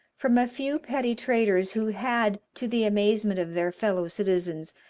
from a few petty traders who had, to the amazement of their fellow-citizens,